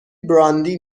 براندی